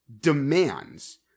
demands